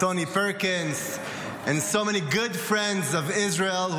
Tony Perkins and so many good friends of Israel,